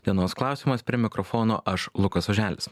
dienos klausimas prie mikrofono aš lukas oželis